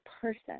person